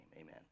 amen